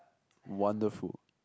wonderful